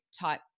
type